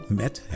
met